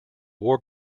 war